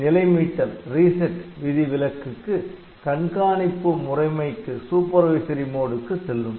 நிலை மீட்டல் விதிவிலக்குக்கு கண்காணிப்பு முறைமைக்கு செல்லும்